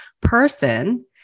person